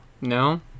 No